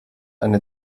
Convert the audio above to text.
eine